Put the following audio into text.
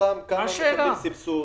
מתוכם כמה מקבלים סבסוד?